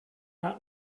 not